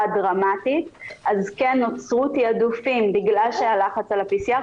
דרמטית אז כן נוצרו תעדופים בגלל שהיה לחץ על ה-PCR.